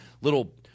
little